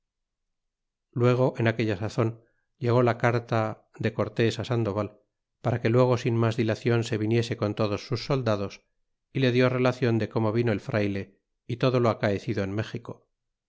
luego en aquella sazon llegó la carlad e cortés al sandoval para que luego sin mas dilaclon se viniese con todos sus soldados y le dió relacion de como vino el frayle y todo lo acaecido en méxico